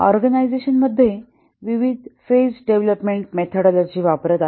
organisation विविध phase मध्ये development methodology वापरत आहे